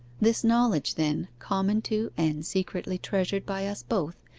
this knowledge then, common to, and secretly treasured by us both,